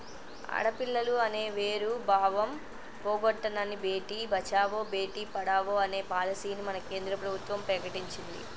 ఆడపిల్లలు అనే వేరు భావం పోగొట్టనని భేటీ బచావో బేటి పడావో అనే పాలసీని మన కేంద్ర ప్రభుత్వం ప్రకటించింది